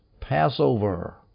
Passover